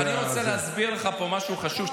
אני רוצה להסביר לך פה משהו חשוב,